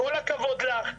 כל הכבוד לך,